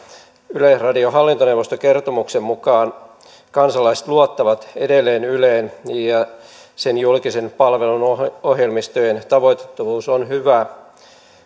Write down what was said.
yleisradion hallintoneuvoston kertomuksen mukaan kansalaiset luottavat edelleen yleen ja sen julkisen palvelun ohjelmistojen tavoitettavuus on hyvä